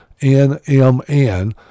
NMN